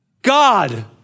God